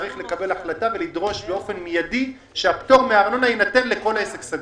צריך לקבל החלטה ולדרוש באופן מיידי שהפטור מארנונה יינתן לכל עסק סגור.